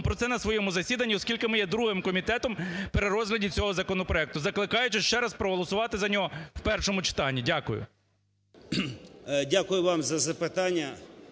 про це на своєму засіданні, оскільки ми є другим комітетом, при розгляді цього законопроекту, закликаючи ще раз проголосувати за нього в першому читанні. Дякую. 16:24:08 СПІВАКОВСЬКИЙ